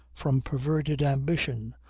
from perverted ambition,